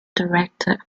director